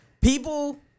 People